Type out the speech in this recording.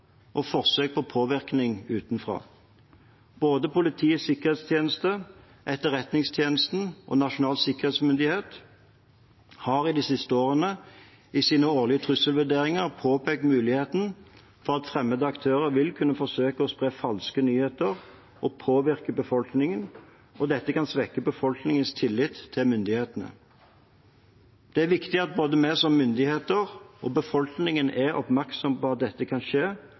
og forsøk på påvirkning utenfra. Både Politiets sikkerhetstjeneste, Etterretningstjenesten og Nasjonal sikkerhetsmyndighet har de siste årene i sine årlige trusselvurderinger påpekt muligheten for at fremmede aktører vil kunne forsøke å spre falske nyheter og påvirke befolkningen, og dette kan svekke befolkningens tillit til myndighetene. Det er viktig at både vi som myndigheter og befolkningen er oppmerksom på at dette kan skje,